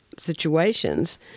situations